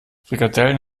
frikadellen